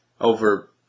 over